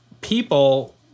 people